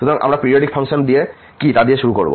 সুতরাং আমরা periodic function কি দিয়ে শুরু করব